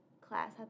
class